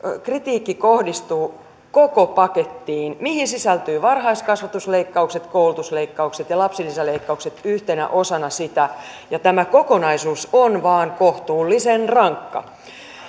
kritiikki kohdistuu koko pakettiin johon sisältyvät varhaiskasvatusleik kaukset koulutusleikkaukset ja lapsilisäleikkaukset yhtenä osana sitä ja tämä kokonaisuus vain on kohtuullisen rankka